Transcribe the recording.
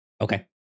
okay